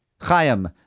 Chaim